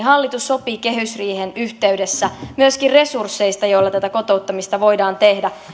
hallitus sopi kehysriihen yhteydessä myöskin resursseista joilla tätä kotouttamista voidaan tehdä